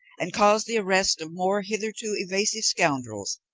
and caused the arrest of more hitherto evasive scoundrels,